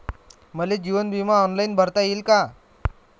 मले जीवन बिमा ऑनलाईन भरता येईन का?